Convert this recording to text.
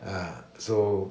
ah so